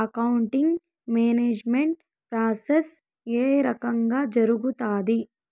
accounting management process ఏ రకంగా జరుగుతాది